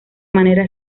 manera